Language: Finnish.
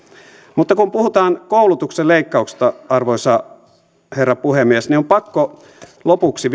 mutta kun puhutaan koulutuksen leikkauksista arvoisa herra puhemies niin on pakko vielä lopuksi